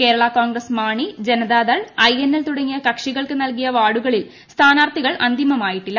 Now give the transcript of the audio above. Kerala Congress Mani Janata Dal INL തുടങ്ങിയ കക്ഷികൾക്ക് നൽകിയ വാർഡുകളിൽ സ്ഥാനാർത്ഥികൾ അന്തിമമായിട്ടില്ല